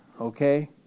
okay